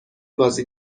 بازی